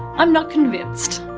i'm not convinced.